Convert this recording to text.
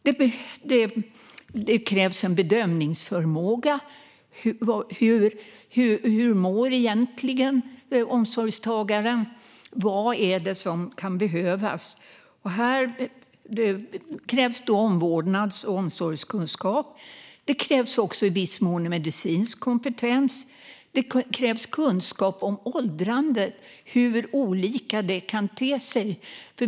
Det krävs bedömningsförmåga. Hur mår egentligen omsorgstagaren? Vad är det som kan behövas? Här krävs omvårdnads och omsorgskunskap. Det krävs också i viss mån medicinsk kompetens. Det krävs kunskap om åldrande och hur olika det kan te sig.